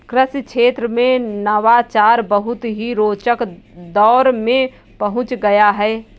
कृषि क्षेत्र में नवाचार बहुत ही रोचक दौर में पहुंच गया है